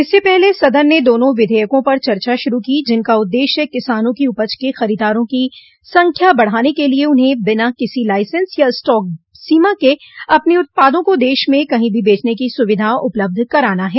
इससे पहले सदन ने दोनों विधेयका पर चर्चा शुरू की जिनका उद्देश्य किसानों की उपज के खरीदारों की संख्या बढ़ाने के लिए उन्हें बिना किसी लाइसेंस या स्टॉक सीमा के अपनी उत्पादों को देश में कहीं भी बेचने की सुविधा उपलब्ध कराना है